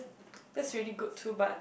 that's really good too but